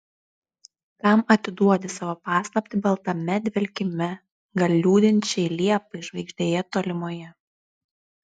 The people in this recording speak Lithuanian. kam atiduodi savo paslaptį baltame dvelkime gal liūdinčiai liepai žvaigždėje tolimoje